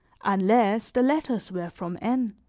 unless the letters were from n,